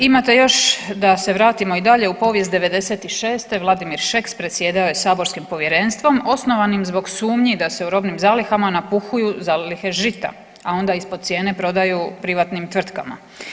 Imate još da se vratimo i dalje u povijest '96., Vladimir Šeks predsjedao je saborskim povjerenstvom osnovanim zbog sumnji da se u robnim zalihama napuhuju zalihe žita, a onda ispod cijene prodaju privatnim tvrtkama.